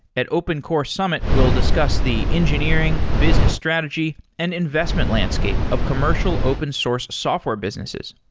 at open core summit, we'll discuss the engineering, business strategy and investment landscape of commercial open source software businesses.